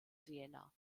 siena